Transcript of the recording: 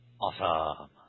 Awesome